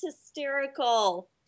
hysterical